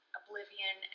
oblivion